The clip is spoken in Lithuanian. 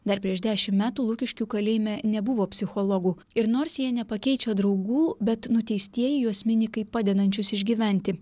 dar prieš dešim metų lukiškių kalėjime nebuvo psichologų ir nors jie nepakeičia draugų bet nuteistieji juos mini kaip padedančius išgyventi